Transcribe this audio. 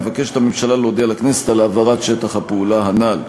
מבקשת הממשלה להודיע לכנסת על העברת שטח הפעולה הנ"ל.